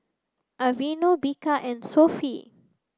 Aveeno Bika and Sofy